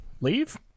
leave